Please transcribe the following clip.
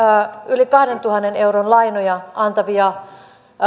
yli kahdentuhannen euron lainoja antavia